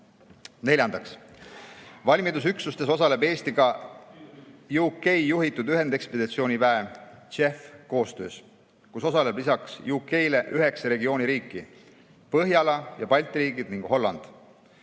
Neljandaks. Valmidusüksustes osaleb Eesti ka UK juhitud ühendekspeditsiooniväe JEF koostöös, kus osaleb lisaks UK-le üheksa regiooni riiki: Põhjala ja Balti riigid ning Holland.